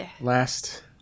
last